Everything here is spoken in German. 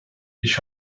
ich